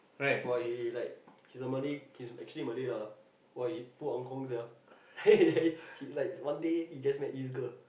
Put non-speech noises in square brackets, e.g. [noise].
!wah! he he like he's a Malay he's actually Malay lah !wah! he full ah-gong sia [laughs] he like one day he just met this girl